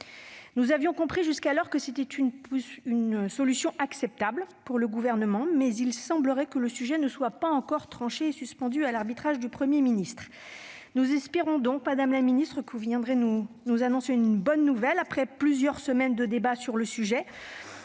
Nous avions cru comprendre jusqu'alors que c'était une solution acceptable pour le Gouvernement, mais il semblerait que la question ne soit pas encore tranchée et qu'elle reste suspendue à l'arbitrage du Premier ministre. Nous espérons donc, madame la ministre, que vous pourrez nous annoncer une bonne nouvelle, après plusieurs semaines de débat, et